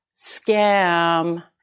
scam